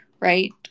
Right